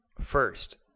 first